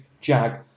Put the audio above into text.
Jag